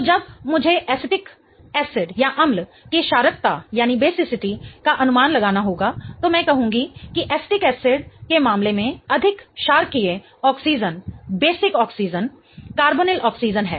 तो जब मुझे एसिटिक एसिड अम्ल की क्षारकता का अनुमान लगाना होगा तो मैं कहूंगी कि एसिटिक एसिड अम्ल के मामले में अधिक क्षारकीय ऑक्सीजन कार्बोनिल ऑक्सीजन है